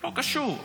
לא קשור.